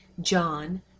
John